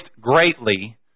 greatly